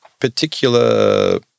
particular